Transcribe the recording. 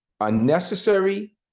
Unnecessary